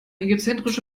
egozentrische